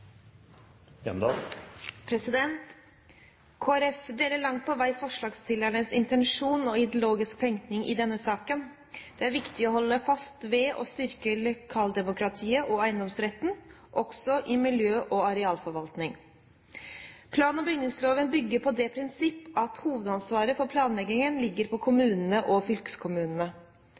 deler langt på vei forslagsstillernes intensjon og ideologiske tenkning i denne saken. Det er viktig å holde fast ved å styrke lokaldemokratiet og eiendomsretten, også i miljø- og arealforvaltning. Plan- og bygningsloven bygger på det prinsippet at hovedansvaret for planleggingen ligger til kommunene og fylkeskommunene.